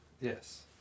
Yes